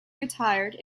retired